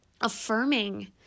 affirming